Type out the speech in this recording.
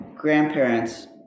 grandparents